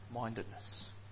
mindedness